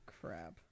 crap